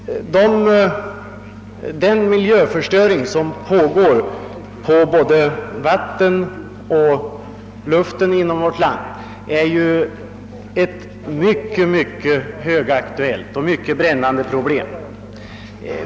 Den miljöförstöring som pågår i fråga om både vatten och luft inom vårt land är ett högaktuellt och mycket brännande problem.